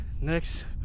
next